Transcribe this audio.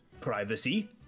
privacy